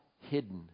hidden